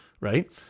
right